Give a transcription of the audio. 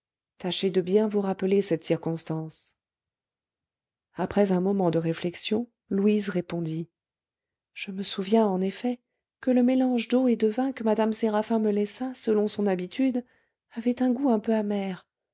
tâchez de bien vous rappeler cette circonstance après un moment de réflexion louise répondit je me souviens en effet que le mélange d'eau et de vin que mme séraphin me laissa selon son habitude avait un goût un peu amer